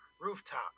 rooftop